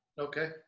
okay